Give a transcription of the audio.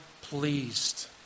pleased